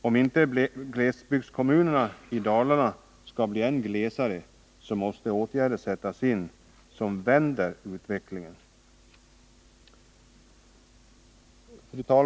Om inte glesbygdskommunerna i Dalarna skall bli än glesare, så måste åtgärder sättas in som vänder utvecklingen.